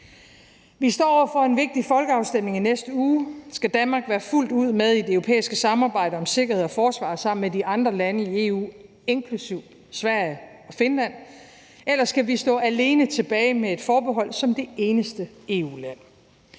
Vi står over for en vigtig folkeafstemning i næste uge: Skal Danmark være fuldt ud med i det europæiske samarbejde om sikkerhed og forsvar sammen med de andre lande i EU, inklusive Sverige og Finland, eller skal vi stå alene tilbage med et forbehold som det eneste EU-land?